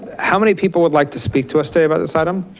how many people would like to speak to us today about this item?